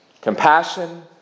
Compassion